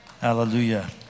hallelujah